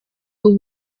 w’u